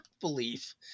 belief